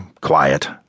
quiet